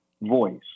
voice